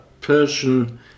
Persian